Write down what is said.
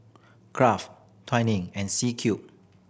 Kraft Twining and C Cube